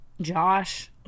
Josh